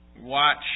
watch